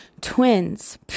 Twins